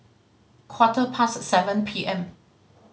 quarter past seven P M